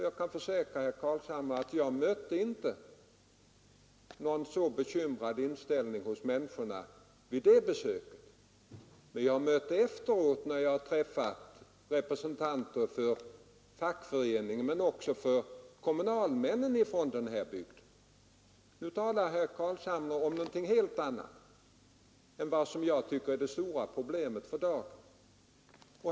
Jag kan försäkra herr Carlshamre att jag inte mötte någon så bekymrad inställning hos människorna vid det besöket, men jag har mött den efteråt när jag träffat representanter för fackföreningarna och kommunalmännen från den bygden. Nu talar herr Carlshamre om någonting helt annat än vad jag tycker är det stora problemet för dagen.